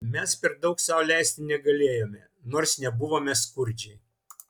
mes per daug sau leisti negalėjome nors nebuvome skurdžiai